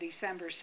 December